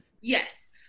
Yes